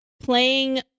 playing